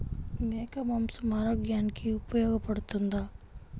మేక మాంసం ఆరోగ్యానికి ఉపయోగపడుతుందా?